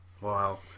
Wow